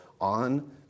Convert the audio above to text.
on